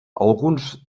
alguns